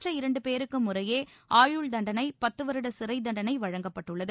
மற்ற இரண்டு பேருக்கு முறையே ஆயுள் தண்டனை பத்து வருட சிறை தண்டனை வழங்கப்பட்டுள்ளது